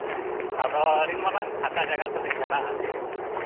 ᱟᱫᱚ ᱟᱹᱰᱤ ᱢᱟᱨᱟᱝ ᱛᱟᱹᱞᱤᱧ ᱯᱷᱟᱠᱟ ᱡᱟᱭᱜᱟ ᱢᱮᱱᱟᱜᱼᱟ